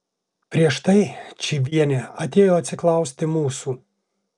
prieš tai čyvienė atėjo atsiklausti mūsų